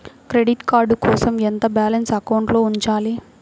Credit card కోసం ఎంత balance అకౌంట్లో ఉంచాలి?